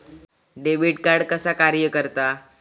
Debit card कसा कार्य करता?